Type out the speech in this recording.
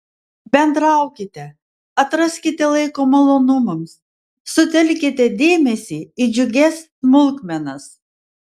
bendraukite atraskite laiko malonumams sutelkite dėmesį į džiugias smulkmenas